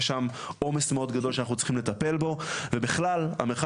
יש שם עומס מאוד גדול שאנחנו צריכים לטפל בו ובכלל המרחב